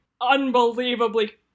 unbelievably